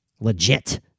legit